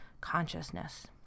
consciousness